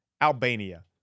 Albania